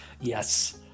Yes